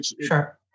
Sure